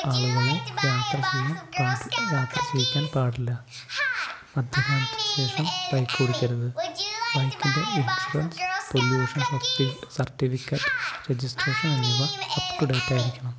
ആളുകളെ യാത്ര ചെയ്യാൻ യാത്ര ചെയ്യിക്കാൻ പാടില്ല മദ്യപാനത്തിനു ശേഷം ബൈക്ക് ഓടിക്കരുത് ബൈക്കിൻ്റെ ഇൻഷുറൻസ് പൊല്യൂഷൻ സർട്ടിഫിക്കറ്റ് രജിസ്ട്രേഷൻ എന്നിവ അപ് റ്റു ഡേറ്റായിരിക്കണം